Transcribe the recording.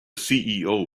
ceo